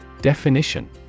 Definition